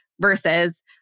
versus